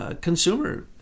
Consumer